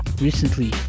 recently